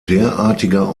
derartiger